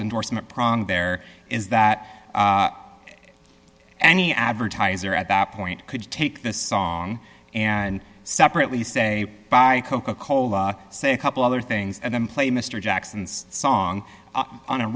endorsement problem there is that any advertiser at that point could take this song and separately say buy coca cola say a couple other things and then play mr jackson's song on a